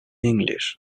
english